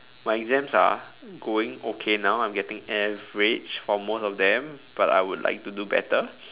my exams are going okay now I'm getting average for most of them but I would like to do better